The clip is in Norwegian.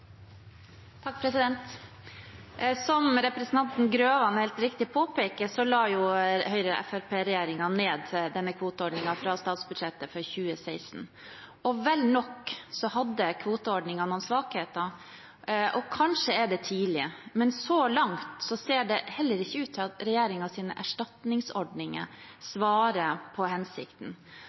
Som representanten Grøvan helt riktig påpeker, la Høyre–Fremskrittsparti-regjeringen ned denne kvoteordningen fra statsbudsjettet for 2016. Vel nok hadde kvoteordningen noen svakheter, og kanskje er det tidlig, men så langt ser det heller ikke ut til at regjeringens erstatningsordninger svarer på hensikten.